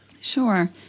Sure